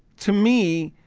to me,